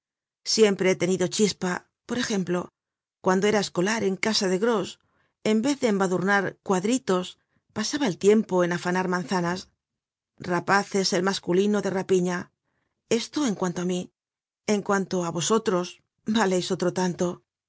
siempre he tenido chispa por ejemplo cuando era escolar en casa de gros en vez de embadurnar cuadritos pasaba el tiempo en afanar manzanas rapaz es el masculino de rapiña esto en cuanto á mí en cuanto á vosotros valeis otro tanto